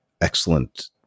excellent